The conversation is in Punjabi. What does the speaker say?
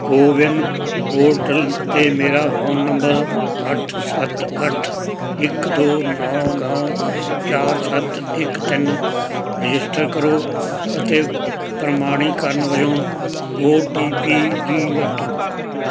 ਕੋਵਿਨ ਪੋਰਟਲ 'ਤੇ ਮੇਰਾ ਫ਼ੋਨ ਨੰਬਰ ਅੱਠ ਸੱਤ ਅੱਠ ਇੱਕ ਦੋ ਨੌਂ ਨੌਂ ਚਾਰ ਸੱਤ ਇੱਕ ਤਿੰਨ ਰਜਿਸਟਰ ਕਰੋ ਅਤੇ ਪ੍ਰਮਾਣੀਕਰਨ ਵਜੋਂ ਓਟੀਪੀ ਦੀ ਵਰਤੋਂ ਕਰੋ